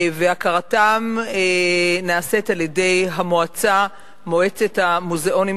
והכרתם נעשית על-ידי מועצת המוזיאונים,